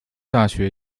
大学